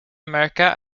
america